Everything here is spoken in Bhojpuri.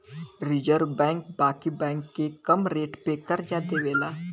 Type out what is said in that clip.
रिज़र्व बैंक बाकी बैंक के कम रेट पे करजा देवेला